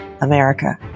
America